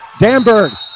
Danberg